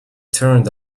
turned